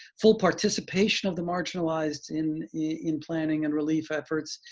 full participation of the marginalized in in planning and relief efforts.